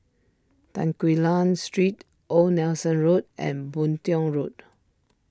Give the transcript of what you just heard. Tan Quee Lan Street Old Nelson Road and Boon Tiong Road